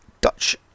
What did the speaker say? Dutch